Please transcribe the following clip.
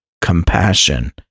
compassion